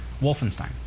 Wolfenstein